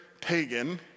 pagan